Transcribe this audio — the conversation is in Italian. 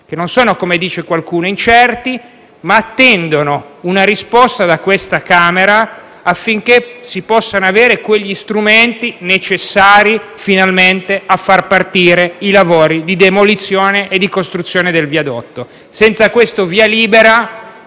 che non sono incerti, come dice qualcuno, ma attendono una risposta da questa Camera, affinché si possano avere gli strumenti necessari a far partire finalmente i lavori di demolizione e di costruzione del viadotto. Senza questo via libera,